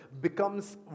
becomes